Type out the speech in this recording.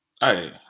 hey